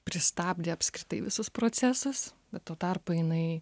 pristabdė apskritai visus procesus bet tuo tarpu jinai